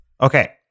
Okay